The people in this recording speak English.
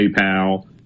PayPal